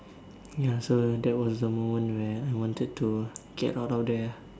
ya so that was the moment where I wanted to get out of there